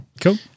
Cool